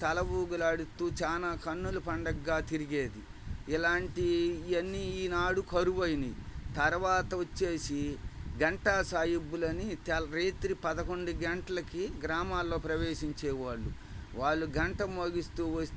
తల ఊగులాడిస్తూ చాలా కన్నుల పండుగగా తిరిగేది ఇలాంటివి ఇవన్నీ ఈనాడు కరువయ్యాయి తర్వాత వచ్చేసి గంటా సాయిబులని రాత్రి పదకొండు గంటలకి గ్రామాల్లో ప్రవేశించేవాళ్ళు వాళ్ళు గంట మోగిస్తూ వస్తే